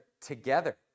together